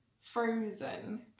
Frozen